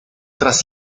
tras